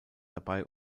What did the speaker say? dabei